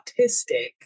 autistic